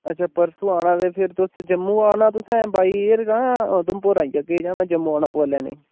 अच्छा परसूं आना ते फिर तुस जम्मू औना तुसें बाई एअर जां उधमपुर आई जाह्गे जां में जम्मू आना पवै लैने ई